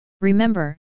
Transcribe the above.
Remember